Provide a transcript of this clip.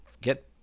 get